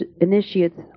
initiates